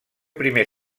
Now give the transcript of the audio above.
primer